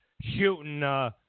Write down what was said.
shooting